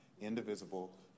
indivisible